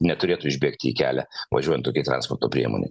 neturėtų išbėgti į kelią važiuojant tokiai transporto priemonei